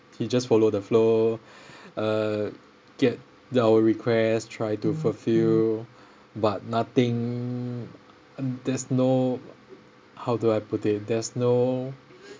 he just followed the flow uh get the our requests try to fulfil but nothing uh there's no how do I put it there's no